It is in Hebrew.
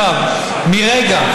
מרגע,